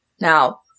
Now